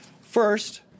First